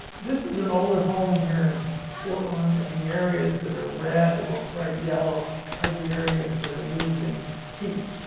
this is an older home here in portland and the areas that are red or bright yellow are the areas that are losing heat,